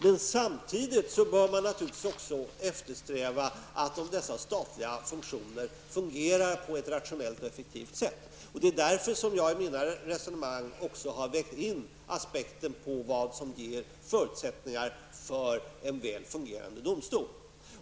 Men samtidigt bör man naturligtvis eftersträva att dessa statliga funktioner fungerar på ett rationellt och effektivt sätt, och det är därför jag i mina resonemang också har vägt in vad som ger förutsättningar för en väl fungerande domstol.